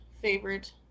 favorite